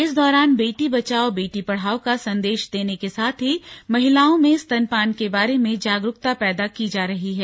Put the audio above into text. इस दौरान बेटी बचाओ बेटी पढ़ाओ का संदेश देने के साथ ही महिलाओं में स्तनपान के बारे में जागरूकता पैदा की जा रही है